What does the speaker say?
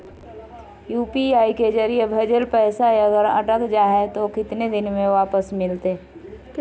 UPI के जरिए भजेल पैसा अगर अटक जा है तो कितना दिन में वापस मिलते?